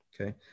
okay